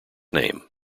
name